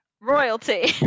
Royalty